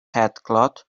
headcloth